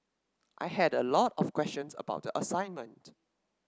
I had a lot of questions about the assignment